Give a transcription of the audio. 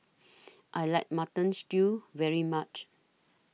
I like Mutton Stew very much